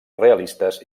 realistes